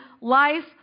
life